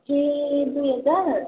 ए दुई हजार